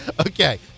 Okay